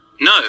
no